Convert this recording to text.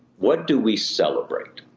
what do we celebrate?